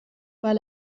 pas